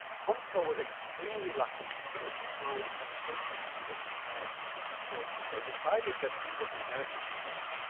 thomas cole was extremely lucky to find patrons who were prepared to support him. they decided that he was an american genius,